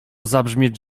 zabrzmieć